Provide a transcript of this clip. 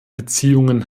beziehungen